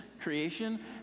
creation